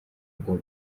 ngo